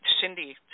Cindy